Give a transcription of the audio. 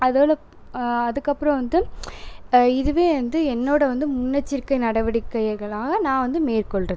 அதோடய அதுக்கப்புறம் வந்து இப்போ இதுவே வந்து என்னோடய வந்து முன்னெச்சரிக்கை நடவடிக்கைகளாக நான் வந்து மேற்கொள்கிறது